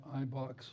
Ibox